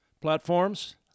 platforms